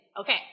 Okay